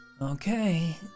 Okay